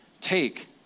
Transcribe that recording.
take